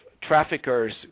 traffickers